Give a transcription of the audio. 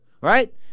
right